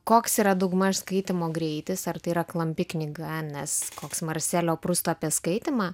koks yra daugmaž skaitymo greitis ar tai yra klampi knyga nes koks marselio prusto apie skaitymą